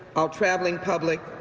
our traveling public.